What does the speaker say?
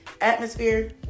Atmosphere